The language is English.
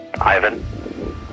Ivan